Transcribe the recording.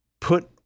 put